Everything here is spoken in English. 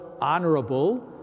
honorable